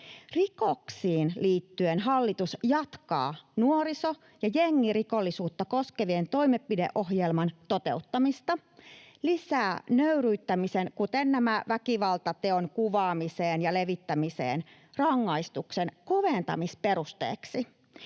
Rikoksiin liittyen hallitus jatkaa nuoriso- ja jengirikollisuutta koskevan toimenpideohjelman toteuttamista, lisää nöyryyttämisen, kuten väkivaltateon kuvaamisen ja levittämisen, rangaistuksen koventamisperusteeksi,